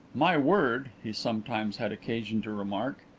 my word, he sometimes had occasion to remark,